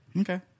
Okay